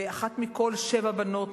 ואחת מכל שבע בנות,